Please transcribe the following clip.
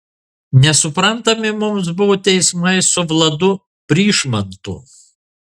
nesuprantami mums buvo teismai su vladu pryšmantu